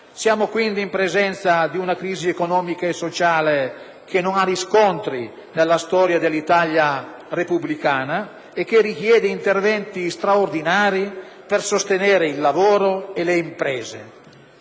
siamo in presenza di una crisi economica e sociale senza riscontri nella storia dell'Italia repubblicana, che richiede interventi straordinari per sostenere il lavoro e le imprese.